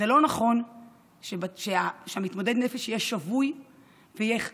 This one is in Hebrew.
זה לא נכון שמתמודד נפש יהיה שבוי וייאלץ